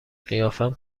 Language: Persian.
قیافم